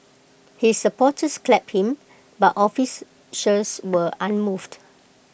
his supporters clapped him but office were unmoved